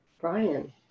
Brian